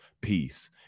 peace